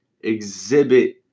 exhibit